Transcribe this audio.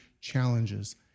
challenges